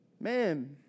Man